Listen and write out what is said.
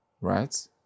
right